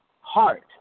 heart